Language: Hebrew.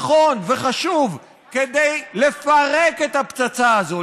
נכון וחשוב כדי לפרק את הפצצה הזאת,